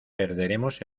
perderemos